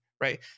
right